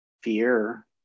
fear